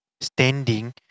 standing